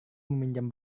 meminjam